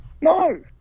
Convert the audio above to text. No